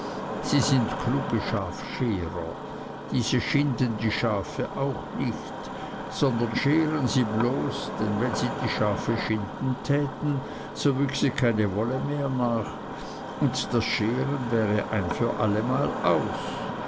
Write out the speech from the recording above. sie sind kluge schafscherer diese schinden die schafe auch nicht sondern scheren sie bloß denn wenn sie die schafe schinden täten so wüchse keine wolle mehr nach und das scheren wäre ein für allemal aus